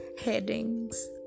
headings